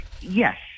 yes